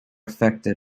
affected